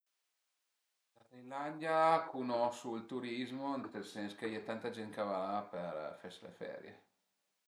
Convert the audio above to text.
Dë la Tailandia cunosu ël turizmo, ënt ël sens ch'a ie tanta gent ch'a va la për fese le ferie